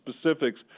specifics